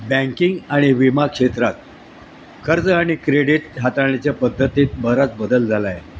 banking आणि विमा क्षेत्रात कर्ज आणि क्रेडीट हाताळणीच्या पद्धतीत बराच बदल झाला आहे